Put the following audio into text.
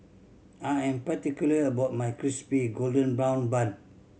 I am particular about my Crispy Golden Brown Bun